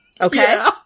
Okay